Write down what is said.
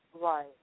Right